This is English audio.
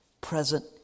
present